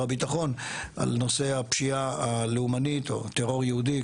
הביטחון על נושא הפשיעה הלאומנית או טרור יהודי,